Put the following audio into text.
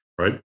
right